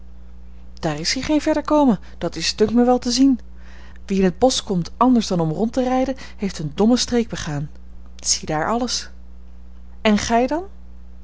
daar is hier geen verder komen dat is dunkt me wel te zien wie in t bosch komt anders dan om rond te rijden heeft een domme streek begaan ziedaar alles en gij dan